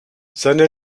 seine